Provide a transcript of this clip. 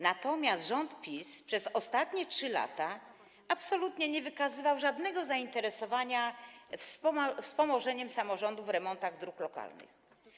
Natomiast rząd PiS przez ostatnie 3 lata absolutnie nie wykazywał żadnego zainteresowania wspomożeniem samorządów w remontach dróg lokalnych.